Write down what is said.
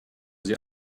sie